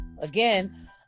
again